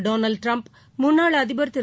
Donald Trump முன்னாள் அதிபர் திரு